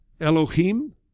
Elohim